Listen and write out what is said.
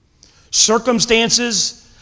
Circumstances